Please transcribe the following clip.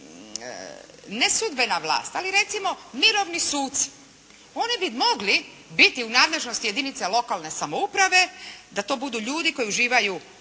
ne sudbena vlast, ali recimo mirovni suci, oni bi mogli biti u nadležnosti jedinica lokalne samouprave da to budu ljudi koji uživaju